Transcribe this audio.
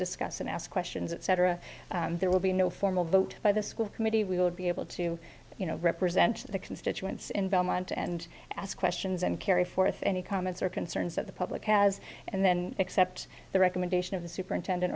discuss and ask questions etc there will be no formal vote by the school committee we will be able to you know represent the constituents in belmont and ask questions and carry forth any comments or concerns that the public has and then accept the recommendation of the superintendent